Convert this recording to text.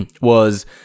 was-